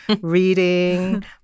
reading